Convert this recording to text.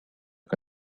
que